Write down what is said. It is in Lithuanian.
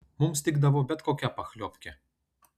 mums tikdavo bet kokia pachliobkė